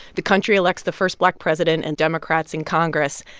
the country elects the first black president and democrats in congress.